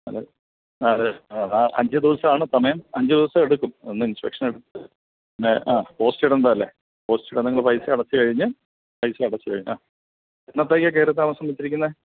അതെ ആ ആ അഞ്ച് ദിവസമാണ് സമയം അഞ്ച് ദിവസം എടുക്കും വന്ന് ഇൻസ്പെക്ഷൻ എടുത്ത് പിന്നെ ആ പോസ്റ്റ് ഇടേണ്ടതല്ലേ പോസ്റ്റ് ഇടാൻ നിങ്ങൾ പൈസ അടച്ച് കഴിഞ്ഞ് പൈസ അടച്ച് കഴിഞ്ഞ് ആ എന്നത്തേക്കാണ് കയറി താമസം വെച്ചിരിക്കുന്നത്